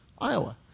Iowa